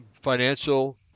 financial